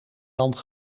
dan